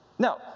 Now